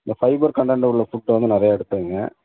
இந்த fibre content உள்ள ஃபுட்டை வந்து நிறையா எடுத்துகங்க